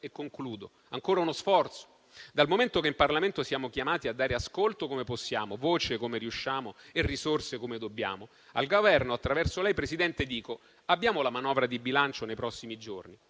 insieme. Ancora uno sforzo: dal momento che in Parlamento siamo chiamati a dare ascolto come possiamo, voce come riusciamo e risorse come dobbiamo, al Governo attraverso lei, Presidente, dico quanto segue: abbiamo la manovra di bilancio nei prossimi giorni